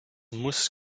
muss